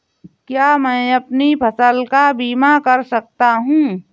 क्या मैं अपनी फसल का बीमा कर सकता हूँ?